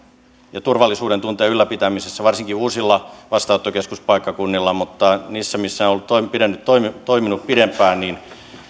ja turvallisuudentunteen ylläpitämisessä varsinkin uusilla vastaanottokeskuspaikkakunnilla mutta siellä missä ne ovat toimineet pidempään nämä